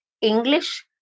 English